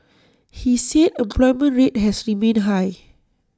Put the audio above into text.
he said employment rate has remained high